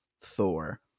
Thor